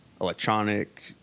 electronic